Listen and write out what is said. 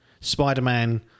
Spider-Man